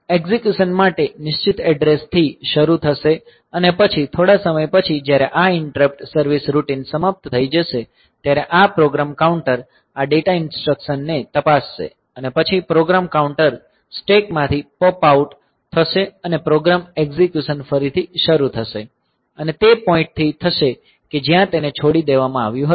execution એક નિશ્ચિત એડ્રેસથી શરૂ થશે અને પછી થોડા સમય પછી જ્યારે આ ઈંટરપ્ટ સર્વિસ રૂટિન સમાપ્ત થઈ જશે ત્યારે આ પ્રોગ્રામ કાઉન્ટર આ ડેટા ઇન્સટ્રકસનને તપાસશે અને પછી પ્રોગ્રામ કાઉન્ટર સ્ટેક માંથી પોપ આઉટ થશે અને પ્રોગ્રામ એક્ઝીક્યુશન ફરીથી શરૂ થશે અને તે પોઈન્ટ થી થશે કે જ્યાં તેને છોડી દેવામાં આવ્યું હતું